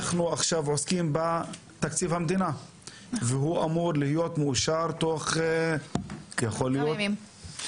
אנחנו עכשיו עוסקים בתקציב המדינה והוא אמור להיות מאושר תוך כמה ימים,